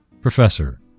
Professor